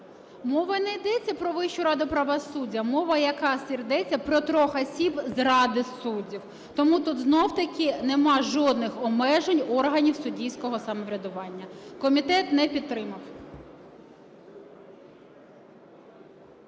Мова не йдеться про Вищу раду правосуддя. Мова якраз йдеться про трьох осіб з Ради суддів. Тому тут знову-таки немає жодних обмежень органів суддівського самоврядування. Комітет не підтримав.